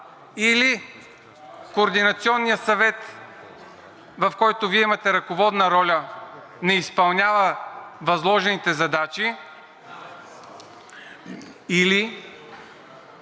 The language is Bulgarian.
или Координационният съвет, в който и Вие имате ръководна роля, не изпълнява възложените задачи, или